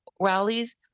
rallies